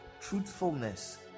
truthfulness